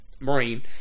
Marine